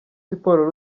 siporo